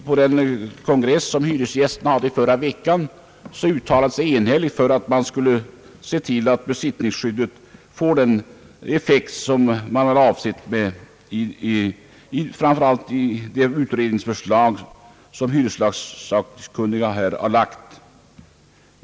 På den kongress som hyresgästerna hade förra veckan uttalade man sig enhälligt för att se till att besittningsskyddet får den effekt, som är avsedd i framför allt det utredningsförslag som hyreslagssakkunniga har lagt fram.